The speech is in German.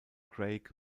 craig